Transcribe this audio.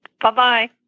Bye-bye